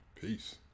Peace